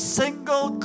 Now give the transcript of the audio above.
single